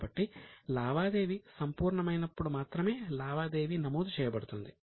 కాబట్టి లావాదేవీ సంపూర్ణమైనప్పుడు మాత్రమే లావాదేవీ నమోదు చేయబడుతుంది